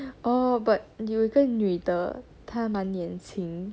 oh but 有一个女的她蛮年轻